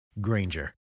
Granger